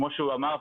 כמו שהוא אמר,